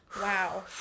Wow